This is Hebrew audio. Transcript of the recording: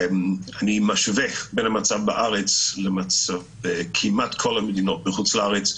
אני משווה בין המצב בארץ לכמעט כל המדינות בחוץ לארץ.